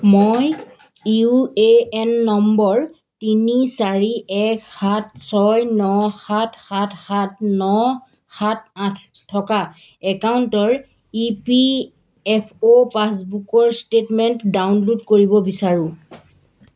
মই U A N number তিনি চাৰি এক সাত ছয় ন সাত সাত সাত ন সাত আঠ থকা একাউণ্টৰ ই পি এফ অ' পাছবুকৰ ষ্টেটমেণ্ট ডাউনলোড কৰিব বিচাৰোঁ